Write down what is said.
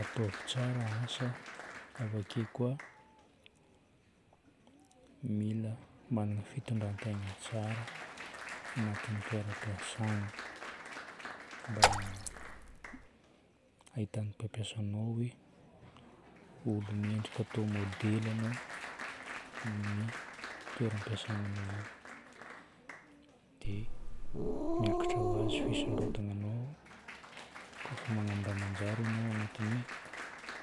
Ataovy tsara asa avake koa mila magnana fitondran-tegna tsara agnatin'ny toeram-piasana mba hahitan'ny mpampiasa anao hoe olo mendrika atao môdely anao amin'ny toeram-piasananao io. Dia miakatra ho azy fisondrotananao kôfa magnano raha manjary agnatin'ny